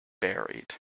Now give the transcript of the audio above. buried